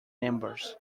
members